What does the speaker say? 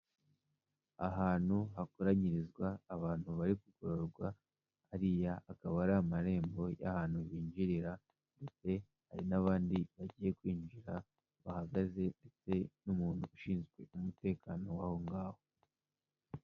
Ahantu hakoranyirizwa abantu bari kugororwa, ariya akaba ari amarembo y'ahantu binjirira, hari n'abandi bagiye kwinjira bahagaze ndetse n'umuntu ushinzwe umutekano w'aho ngaho.